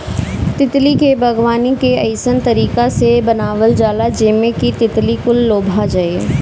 तितली के बागवानी के अइसन तरीका से बनावल जाला जेमें कि तितली कुल लोभा जाये